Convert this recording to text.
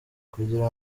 kugira